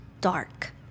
dark